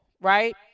right